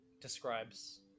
describes